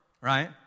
right